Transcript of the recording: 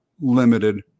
limited